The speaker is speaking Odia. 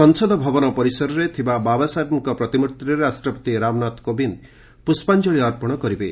ସଂସଦ ଭବନ ପରିସରରେ ଥିବା ବାବାସାହେବଙ୍କ ପ୍ରତିମୃଭିରେ ରାଷ୍ଟ୍ରପତି ରାମନାଥ କୋବିନ୍ଦ୍ ପୁଷ୍ପାଞ୍ଜଳି ଅର୍ପଣ କରିବେ